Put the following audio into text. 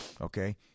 okay